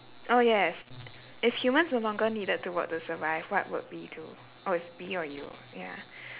oh yes if humans no longer needed to work to survive what would we do oh it's me or you ya